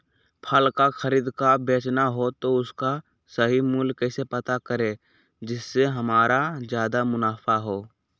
फल का खरीद का बेचना हो तो उसका सही मूल्य कैसे पता करें जिससे हमारा ज्याद मुनाफा हो?